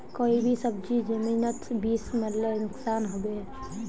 कोई भी सब्जी जमिनोत बीस मरले नुकसान होबे?